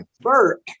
Bert